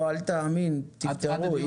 אל תאמין, תפתרו.